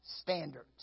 standards